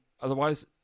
otherwise